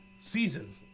season